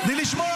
למה?